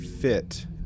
fit